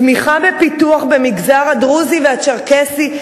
תמיכה בפיתוח במגזר הדרוזי והצ'רקסי,